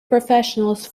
professionals